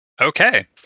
Okay